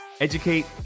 educate